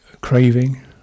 craving